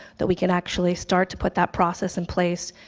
that we can actually start to put that process in place.